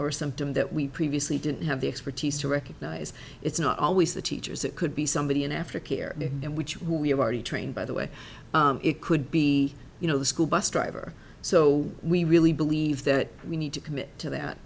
symptom that we previously didn't have the expertise to recognize it's not always the teachers it could be somebody in aftercare and which we have already trained by the way it could be you know the school bus driver so we really believe that we need to commit to that